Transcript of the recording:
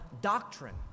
doctrine